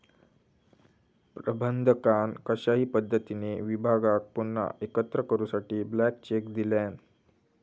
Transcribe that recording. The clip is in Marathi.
प्रबंधकान कशाही पद्धतीने विभागाक पुन्हा एकत्र करूसाठी ब्लँक चेक दिल्यान